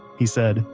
he said,